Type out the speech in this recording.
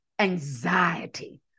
anxiety